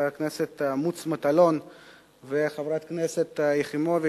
הכנסת מוץ מטלון וחברת הכנסת יחימוביץ,